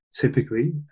Typically